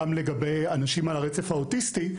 גם לגבי אנשים על הרצף האוטיסטי,